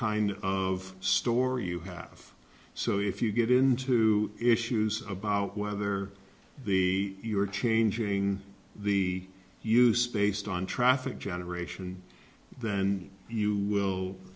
kind of store you have so if you get into issues about whether the you are changing the use based on traffic generation then you